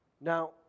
Now